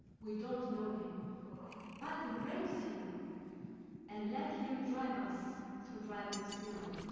we don't know him but embrace him and let him drive us through driving snow